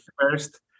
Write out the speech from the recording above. first